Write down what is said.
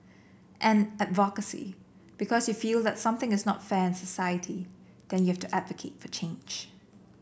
and advocacy because you feel that something is not fair in society then you have to advocate for change